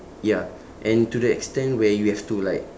ya and to the extent where you have to like